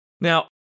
Now